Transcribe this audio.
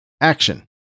action